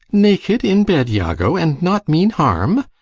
naked in bed, iago, and not mean harm!